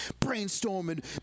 brainstorming